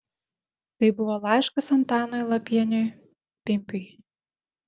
tai buvo laiškas antanui lapieniui pimpiui